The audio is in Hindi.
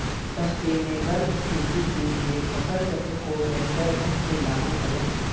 सस्टेनेबल खेती के लिए फसल चक्र को बेहतर ढंग से लागू करें